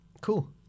Cool